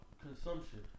consumption